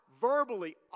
verbally